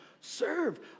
serve